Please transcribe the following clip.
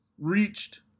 reached